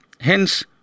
Hence